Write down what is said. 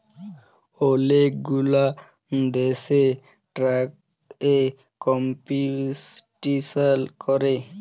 ওলেক গুলা দ্যাশে ট্যাক্স এ কম্পিটিশাল ক্যরে